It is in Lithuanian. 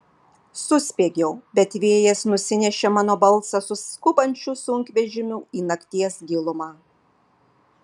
suspiegiau bet vėjas nusinešė mano balsą su skubančiu sunkvežimiu į nakties gilumą